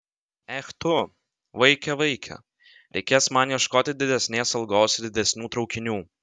ech tu vaike vaike reikės man ieškoti didesnės algos ir didesnių traukinių